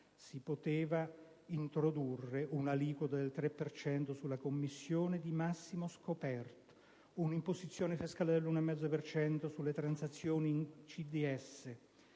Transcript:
si potevano introdurre un'aliquota del 3 per cento sulla commissione di massimo scoperto e un'imposizione fiscale dell'1,5 per cento sulle transazioni in CDS.